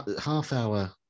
half-hour